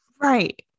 right